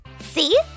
See